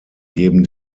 geben